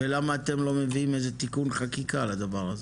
ולמה אתם לא מביאים תיקון חקיקה לדבר הזה?